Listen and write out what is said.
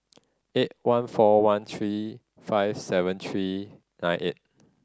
eight one four one three five seven three nine eight